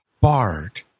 Bard